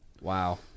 Wow